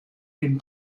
den